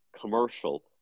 commercial